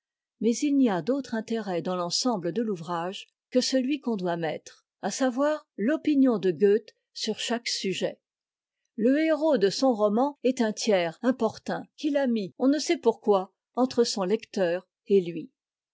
mais il n'y a d'autre intérêt dans l'ensemble de l'ouvrage que celui qu'on doit mettre à savoir l'opinion de goethe sur chaque sujet le héros de son roman est un tiers importun qu'il a mis on ne sait pourquoi entre son lecteur et lui